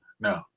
no